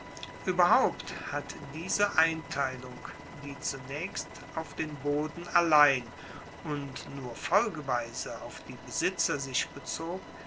ueberhaupt hat diese einteilung die zunaechst auf den boden allein und nur folgeweise auf die besitzer sich bezog